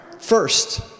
first